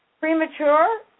Premature